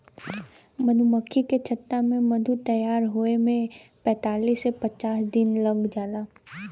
मधुमक्खी के छत्ता में मधु तैयार होये में पैंतालीस से पचास दिन लाग जाला